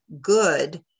good